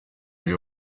nje